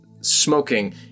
smoking